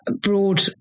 broad